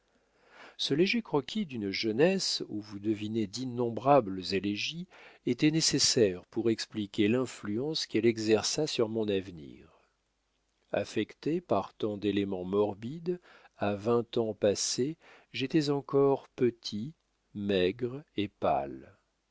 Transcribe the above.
ce léger croquis d'une jeunesse où vous devinez d'innombrables élégies était nécessaire pour expliquer l'influence qu'elle exerça sur mon avenir affecté par tant d'éléments morbides à vingt ans passés j'étais encore petit maigre et pâle